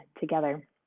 together